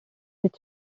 its